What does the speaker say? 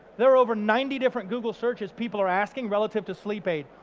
there are over ninety different google searches people are asking relative to sleep aid.